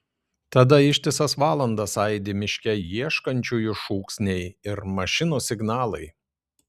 tada ištisas valandas aidi miške ieškančiųjų šūksniai ir mašinų signalai